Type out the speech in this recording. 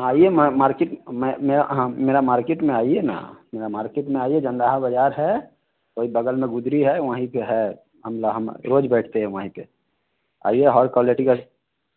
आइए ये मार्केट में में हाँ मेरा मार्केट में आइए न मेरा मार्केट में आइए जंदाहा बाजार है वही बगल में गुदरी है वही पे है रोज बैठते हैं वही पे आइए हर क्वालिटी का